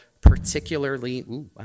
particularly